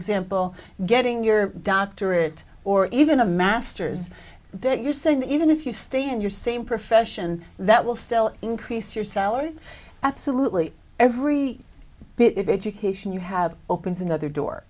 example getting your doctorate or even a master's then you're saying even if you stay in your same profession that will still increase your salary absolutely every bit of education you have opens another door